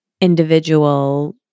individual